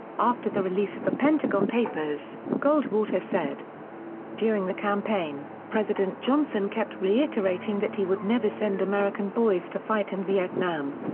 after the release of the pentagon papers, goldwater said during the campaign, president johnson kept reiterating that he would never send american boys to fight in vietnam.